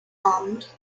armed